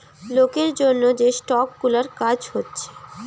লোকের জন্যে যে স্টক গুলার কাজ হচ্ছে